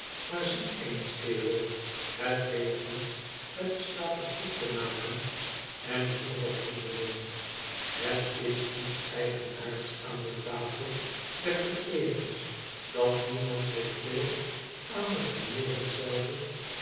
maar zie eens kerel het heeft niets met de statistiek te maken en is nog al zonderling het is iets eigenaardigs aan de tafel der veneerings dat niemand zich veel aan de veneerings zelven